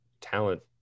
talent